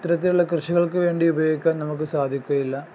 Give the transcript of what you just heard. ഇത്തരത്തിലുള്ള കൃഷികൾക്ക് വേണ്ടി ഉപയോഗിക്കാൻ നമുക്ക് സാധിക്കുകയില്ല